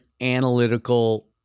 analytical